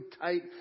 tight